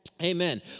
Amen